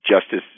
Justice